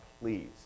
please